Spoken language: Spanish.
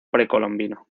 precolombino